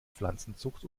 pflanzenzucht